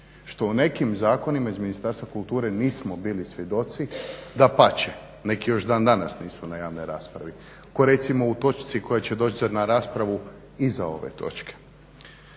što u nekim zakonima iz Ministarstva kulture nismo bili svjedoci. Dapače neki još dan danas nisu na javnoj raspravi ko recimo u točci koja će doć sad na raspravu iza ove točke.